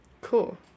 Cool